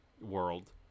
world